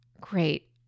great